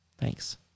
thanks